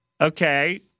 okay